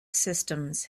systems